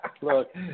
Look